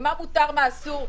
מה מותר ומה אסור,